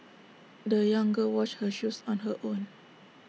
the young girl washed her shoes on her own